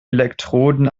elektroden